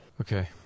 Okay